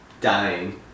dying